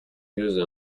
used